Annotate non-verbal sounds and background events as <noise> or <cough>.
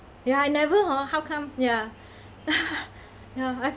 ya I never hor how come ya <breath> <laughs> ya I